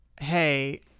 Hey